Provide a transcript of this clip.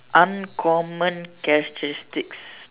uncommon characteristics